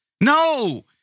No